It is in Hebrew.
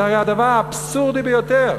זה הרי הדבר האבסורדי ביותר,